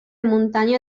muntanya